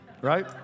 right